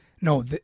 No